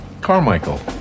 carmichael